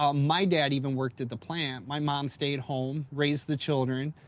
um my dad even worked at the plant. my mom stayed home, raised the children.